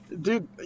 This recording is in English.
Dude